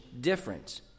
different